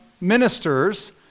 Ministers